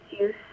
use